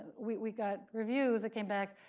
we got reviews that came back.